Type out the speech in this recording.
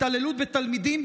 התעללות בתלמידים,